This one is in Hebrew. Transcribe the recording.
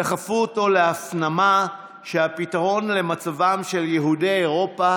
דחפו אותו להפנמה שהפתרון למצבם של יהודי אירופה